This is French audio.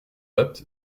bapt